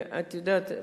ואת יודעת,